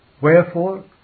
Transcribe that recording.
Wherefore